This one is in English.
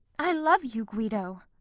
i love you, guido.